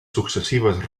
successives